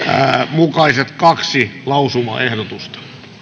mukaiset kaksi lausumaehdotusta